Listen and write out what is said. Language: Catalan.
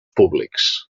públics